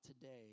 today